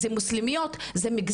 זה מוסלמיות,